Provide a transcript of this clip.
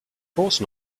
course